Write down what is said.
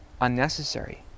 unnecessary